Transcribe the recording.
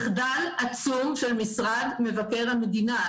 מחדל עצום של משרד מבקר המדינה,